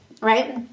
right